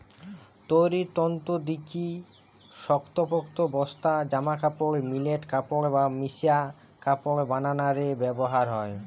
তৈরির তন্তু দিকি শক্তপোক্ত বস্তা, জামাকাপড়, মিলের কাপড় বা মিশা কাপড় বানানা রে ব্যবহার হয়